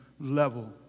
level